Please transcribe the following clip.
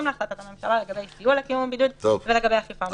להחלטת הממשלה לגבי סיוע לקיום הבידוד ולגבי אכיפה מוגברת.